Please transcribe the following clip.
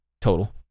total